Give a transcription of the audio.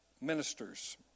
ministers